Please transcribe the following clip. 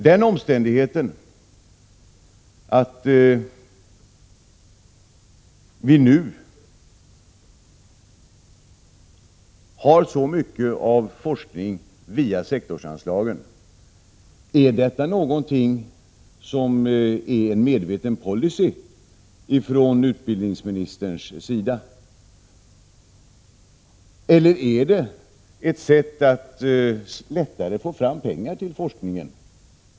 Är det en medveten policy från utbildningsministerns sida att vi nu har så mycket av forskning via sektorsanslagen, eller är det ett sätt att lättare få fram pengar till forskningen?